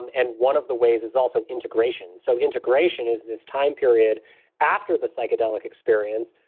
and and one of the ways is also integration. so integration is this time period after the psychedelic experience,